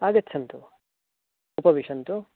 आगच्छन्तु उपविशन्तु